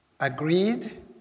Agreed